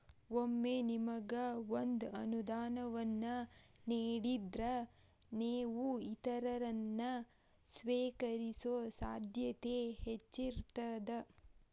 ಒಮ್ಮೆ ನಿಮಗ ಒಂದ ಅನುದಾನವನ್ನ ನೇಡಿದ್ರ, ನೇವು ಇತರರನ್ನ, ಸ್ವೇಕರಿಸೊ ಸಾಧ್ಯತೆ ಹೆಚ್ಚಿರ್ತದ